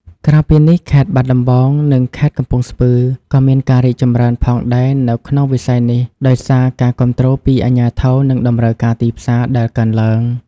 ក្រៅពីនេះ ខេត្តបាត់ដំបង និង ខេត្តកំពង់ស្ពឺ ក៏មានការរីកចម្រើនផងដែរនៅក្នុងវិស័យនេះដោយសារការគាំទ្រពីអាជ្ញាធរនិងតម្រូវការទីផ្សារដែលកើនឡើង។